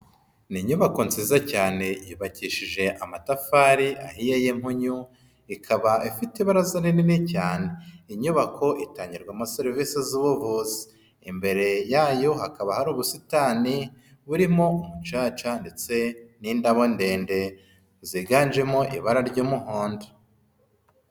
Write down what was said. Ni inyubako nziza cyane yubakishije amatafari ahiye y'impunyu, ikaba ifite ibaraza nini cyane. Inyubako itangirwamo serivisi z'ubuvuzi. Imbere yayo hakaba hari ubusitani burimo umucaca ndetse n'indabo ndende ziganjemo ibara ry'umuhondo.